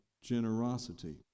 generosity